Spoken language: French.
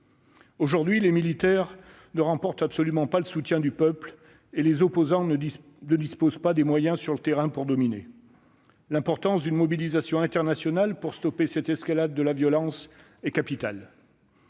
Aujourd'hui, les militaires ne recueillent absolument pas le soutien du peuple, mais les opposants ne disposent pas des moyens sur le terrain pour dominer. L'importance d'une mobilisation internationale pour stopper cette escalade de la violence est capitale.